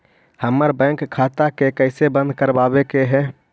हमर बैंक खाता के कैसे बंद करबाबे के है?